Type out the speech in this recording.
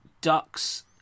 ducks